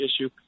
issue